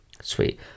sweet